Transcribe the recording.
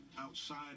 outside